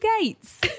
gates